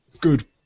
good